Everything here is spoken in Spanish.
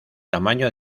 tamaño